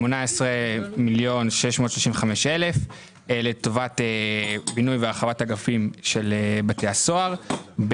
18 מיליון ו-635,000 לטובת בינוי והרחבת אגפים של בתי הסוהר,